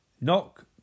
Knock